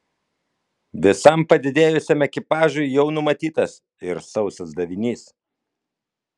visam padidėjusiam ekipažui jau numatytas ir sausas davinys